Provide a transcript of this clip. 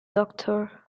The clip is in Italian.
doctor